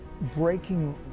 breaking